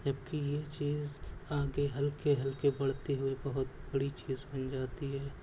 جب کہ یہ چیز آگے ہلکے ہلکے بڑھتی ہوئی بہت بڑی چیز بن جاتی ہے